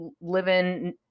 living